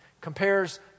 compares